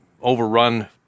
overrun